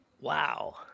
Wow